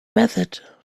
method